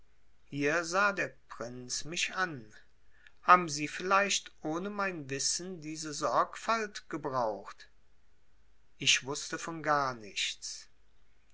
hier sah der prinz mich an haben sie vielleicht ohne mein wissen diese sorgfalt gebraucht ich wußte von gar nichts